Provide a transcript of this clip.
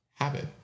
habit